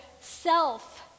self